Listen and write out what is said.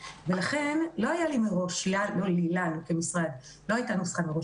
ולכן למשרד לא הייתה נוסחה מראש.